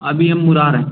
अभी हम मुरार हैं